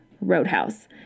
Roadhouse